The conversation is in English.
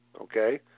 okay